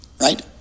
right